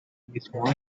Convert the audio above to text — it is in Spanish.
mismo